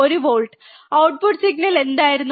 1 volt output signal എന്തായിരുന്നു